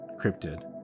cryptid